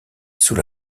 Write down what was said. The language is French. sous